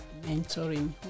mentoring